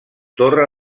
torre